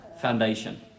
foundation